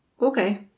Okay